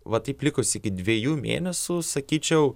va taip likus iki dviejų mėnesių sakyčiau